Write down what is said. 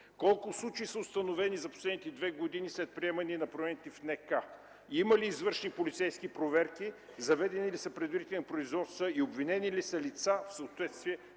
Колко случая са установени за последните две години след приемане на промените в НК? Има ли извършени полицейски проверки, заведени ли са предварителни производства и обвинени ли са лица в съответствие